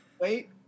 Wait